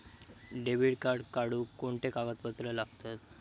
Debit card काढुक कोणते कागदपत्र लागतत?